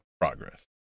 progress